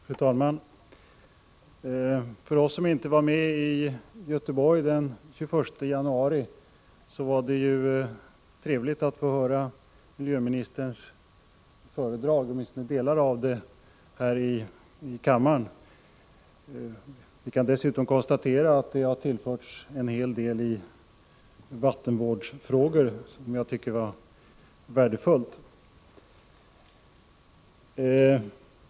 Fru talman! För oss som inte var med i Göteborg den 21 januari var det trevligt att här i kammaren få höra miljöministerns föredrag — åtminstone delar av det. Vi kan dessutom konstatera att det har tillförts en hel del i vattenvårdsfrågor, som jag tycker var värdefullt.